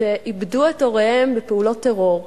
שאיבדו את הוריהם בפעולות טרור.